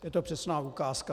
Je to přesná ukázka.